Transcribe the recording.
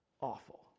awful